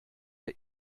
der